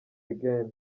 again